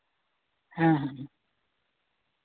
ᱦᱮᱸ ᱦᱮᱸ